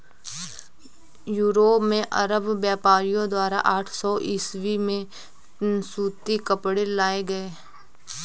Europe में अरब व्यापारियों द्वारा आठ सौ ईसवी में सूती कपड़े लाए गए